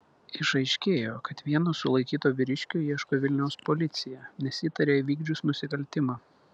išaiškėjo kad vieno sulaikyto vyriškio ieško vilniaus policija nes įtaria įvykdžius nusikaltimą